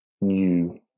new